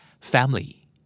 family